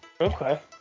Okay